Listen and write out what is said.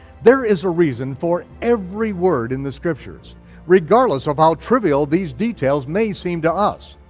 there is a reason for every word in the scriptures regardless of how trivial these details may seem to us.